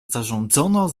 zarządzono